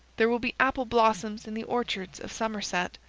there will be apple-blossoms in the orchards of somerset.